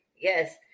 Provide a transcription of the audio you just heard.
Yes